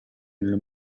nelle